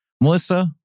Melissa